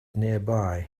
nearby